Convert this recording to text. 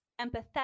empathetic